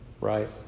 right